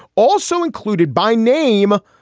also included by name,